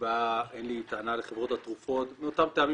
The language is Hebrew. אין לי טענה מאותם טעמים,